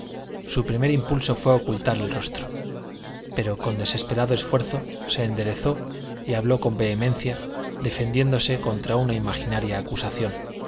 su primer impulso fue ocultar el rostro pero con desesperado esfuerzo se enderezó y habló con vehemencia defendiéndose contra una imaginaria acusación